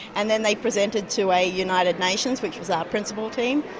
and then they presented to a united nations, which was our principal team,